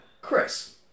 Chris